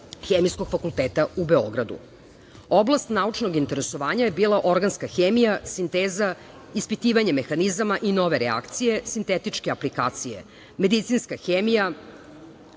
Hemijskog fakulteta u Beogradu. Oblast naučnog interesovanja je bila organska hemija, sinteza, ispitivanje mehanizama i nove reakcije, sintetičke aplikacije, medicinska